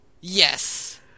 Yes